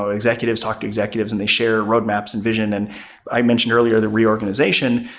ah executives talk to executives and they share roadmaps and vision. and i mentioned earlier the reorganization.